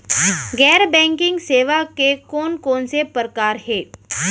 गैर बैंकिंग सेवा के कोन कोन से प्रकार हे?